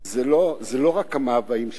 זה לא רק המאוויים שלנו,